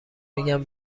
میگن